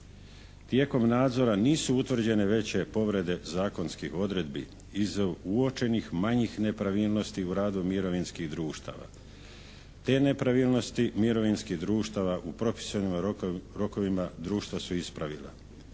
Tijekom nadzora nisu utvrđene veće povrede zakonskih odredbi iz uočenih manjih nepravilnosti u radu mirovinskih društava. Te nepravilnosti mirovinskih društava u propisanim rokovima društva su ispravila.